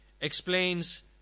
explains